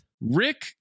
Rick